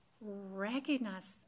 recognize